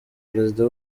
perezida